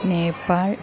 Nepal